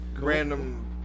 Random